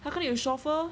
他可以有 chauffeur